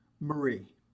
Marie